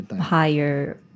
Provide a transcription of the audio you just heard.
higher